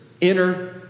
inner